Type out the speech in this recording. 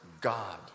God